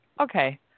okay